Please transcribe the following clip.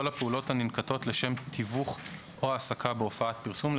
הפעולות הננקטות לשם תיווך או העסקה בהופעת פרסום,